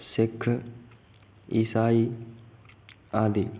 सिख ईसाई आदि